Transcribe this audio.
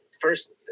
First